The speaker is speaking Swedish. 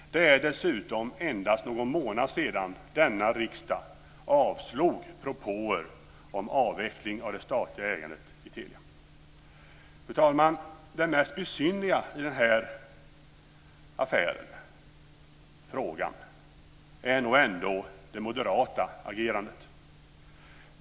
Dessutom är det endast någon månad sedan denna riksdag avslog propåer om en avveckling av det statliga ägandet i Telia. Fru talman! Det mest besynnerliga i den här frågan är nog ändå det moderata agerandet.